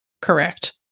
correct